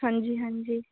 हाँ जी हाँ जी